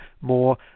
more